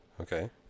Okay